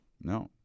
no